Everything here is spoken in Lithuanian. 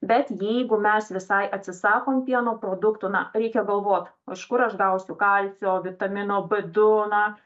bet jeigu mes visai atsisakom pieno produktų na reikia galvot iš kur aš gausiu kalcio vitamino b du na